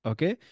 Okay